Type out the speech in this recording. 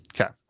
Okay